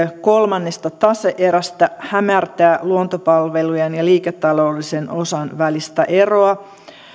kolmannesta tase erästä hämärtää luontopalvelujen ja liiketaloudellisen osan välistä eroa